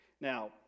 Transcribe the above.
Now